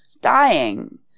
dying